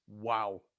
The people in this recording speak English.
wow